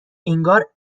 انگار